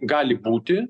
gali būti